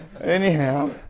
Anyhow